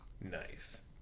Nice